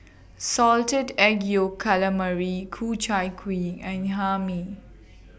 Salted Egg Yolk Calamari Ku Chai Kuih and Hae Mee